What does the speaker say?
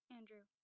Andrew